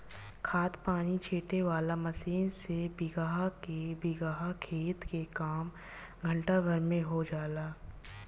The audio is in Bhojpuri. खाद पानी छीटे वाला मशीन से बीगहा के बीगहा खेत के काम घंटा भर में हो जाला